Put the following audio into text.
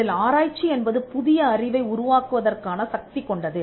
இதில் ஆராய்ச்சி என்பது புதிய அறிவை உருவாக்குவதற்கான சக்தி கொண்டது